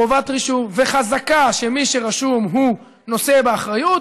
חובת רישום וחזקה שמי שרשום הוא נושא באחריות,